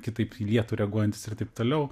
kitaip į lietų reaguojantis ir taip toliau